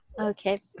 Okay